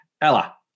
Ella